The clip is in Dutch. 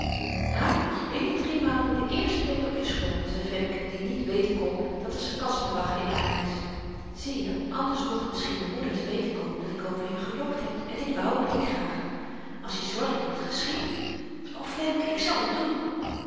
maak dat je binnen drie maanden de eerste bent op je school zei femke die niet weten kon dat er sarkasme lag in haar eisch zieje anders mocht misschien m'n moeder te weten komen dat ik over je gejokt heb en dit wou ik niet graag als je zorgt dat het geschiedt o femke ik zal het doen